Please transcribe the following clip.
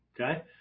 okay